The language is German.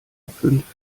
fünf